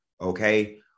okay